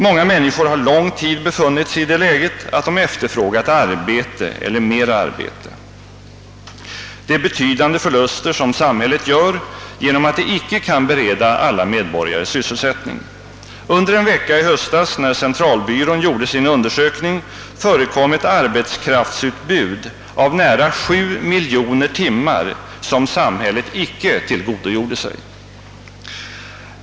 Många människor har lång tid befunnit sig i den situationen att de efterfrågat arbete eller mera arbete. Det är betydande förluster som samhället gör genom att det icke kan bereda alla medborgare sysselsättning. Under den vecka i höstas när centralbyrån gjorde sin undersökning förekom ett arbetskraftsutbud av nära 7 miljoner timmar som samhället icke tillgodogjorde sig.